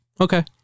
okay